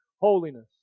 holiness